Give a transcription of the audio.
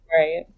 Right